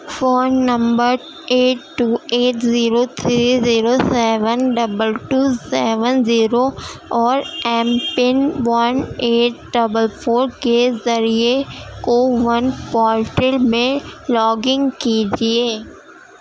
phone number eight two eight zero three zero seven double two seven zero اور M PIN one eight double four کے ذریعے CoWIN portal میں log in کیجیے